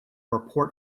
report